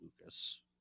Lucas